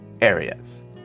areas